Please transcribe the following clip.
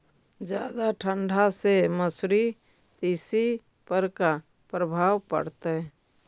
जादा ठंडा से मसुरी, तिसी पर का परभाव पड़तै?